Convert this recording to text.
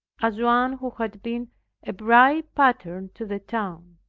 as one who had been a bright pattern to the town,